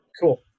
Cool